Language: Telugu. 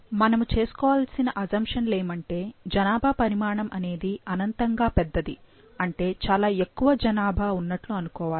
మనము చేసుకోవాల్సిన అసంషన్ లు ఏమంటే జనాభా పరిమాణం అనేది అనంతంగా పెద్దది అంటే చాలా ఎక్కువ జనాభా ఉన్నట్లు అనుకోవాలి